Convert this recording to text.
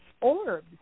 orbs